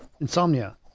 Insomnia